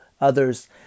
others